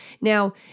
Now